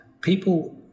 people